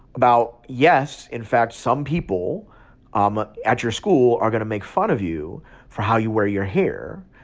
about, yes, in fact, some people um ah at your school are going to make fun of you for how you wear your hair.